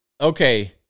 okay